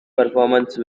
performance